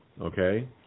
okay